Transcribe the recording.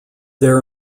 there